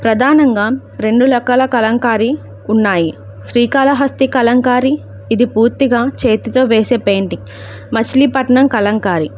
ప్రధానంగా రెండు రకాల కలంకారీ ఉన్నాయి శ్రీకాళహస్తి కలంకారీ ఇది పూర్తిగా చేతితో వేసే పెయింటింగ్ మచిలీపట్నం కలంకారీ